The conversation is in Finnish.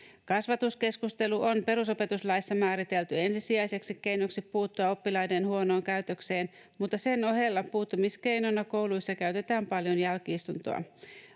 Kasvatuskeskustelu on perusopetuslaissa määritelty ensisijaiseksi keinoksi puuttua oppilaiden huonoon käytökseen, mutta sen ohella puuttumiskeinona kouluissa käytetään paljon jälki-istuntoa.